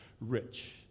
rich